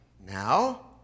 now